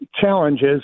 challenges